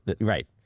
Right